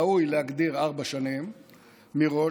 ראוי להגדיר ארבע שנים מראש.